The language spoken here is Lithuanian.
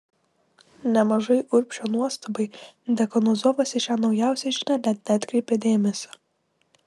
nemažai urbšio nuostabai dekanozovas į šią naujausią žinią net neatkreipė dėmesio